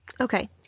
Okay